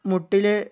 മുട്ടില്